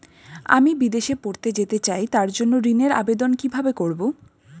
আমি বিদেশে পড়তে যেতে চাই তার জন্য ঋণের আবেদন কিভাবে করব?